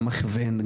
גם הכוון,